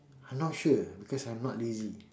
I not sure leh because I'm not lazy